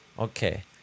Okay